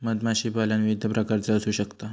मधमाशीपालन विविध प्रकारचा असू शकता